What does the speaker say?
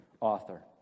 author